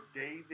day